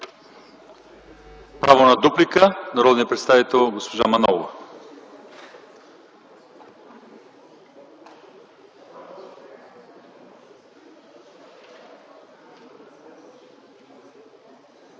Право на дуплика – народният представител госпожа Манолова.